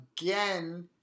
again